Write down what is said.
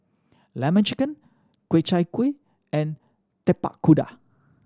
Lemon Chicken Ku Chai Kuih and Tapak Kuda